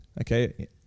Okay